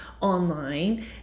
online